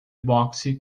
boxe